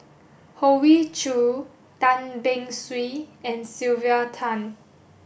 Hoey Choo Tan Beng Swee and Sylvia Tan